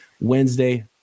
Wednesday